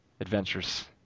adventures